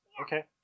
Okay